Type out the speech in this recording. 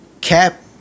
Cap